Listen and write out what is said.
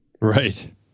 Right